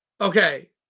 okay